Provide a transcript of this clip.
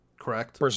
Correct